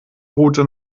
route